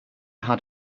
had